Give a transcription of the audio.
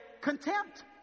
contempt